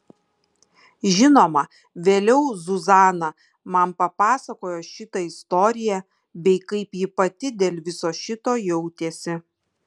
žinoma vėliau zuzana man papasakojo šitą istoriją bei kaip ji pati dėl viso šito jautėsi